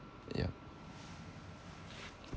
ya